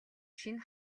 шинэ